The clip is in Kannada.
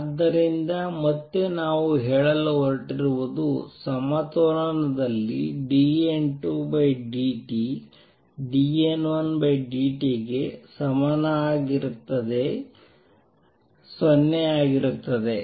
ಆದ್ದರಿಂದ ಮತ್ತೆ ನಾವು ಹೇಳಲು ಹೊರಟಿರುವುದು ಸಮತೋಲನದಲ್ಲಿ dN2dt dN1dt ಗೆ ಸಮನಾಗಿರುತ್ತದೆ 0 ಆಗಿರುತ್ತದೆ